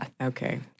Okay